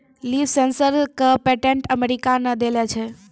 Leaf sensor क patent America ने देलें छै?